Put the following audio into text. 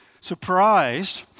Surprised